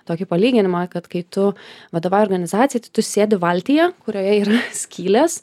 tokį palyginimą kad kai tu vadovauji organizacijai tai tu sėdi valtyje kurioje yra skylės